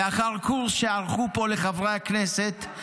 לאחר קורס שערכו פה לחברי הכנסת,